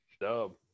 dub